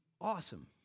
awesome